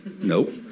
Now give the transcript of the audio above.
Nope